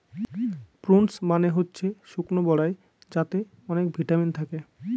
prunes মানে হচ্ছে শুকনো বরাই যাতে অনেক ভিটামিন থাকে